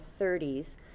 30s